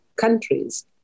countries